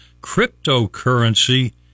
cryptocurrency